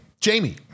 Jamie